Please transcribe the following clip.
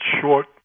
short